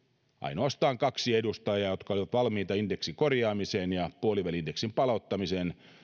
ainoastaan kaksi edustajaa jotka olivat valmiita indeksin korjaamiseen ja puoliväli indeksin palauttamiseen